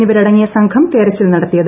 എന്നിവരടങ്ങിയ സംഘം തെരച്ചിൽ നടത്തിയത്